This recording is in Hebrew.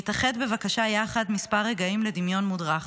נתאחד בבקשה יחד מספר רגעים לדמיון מודרך: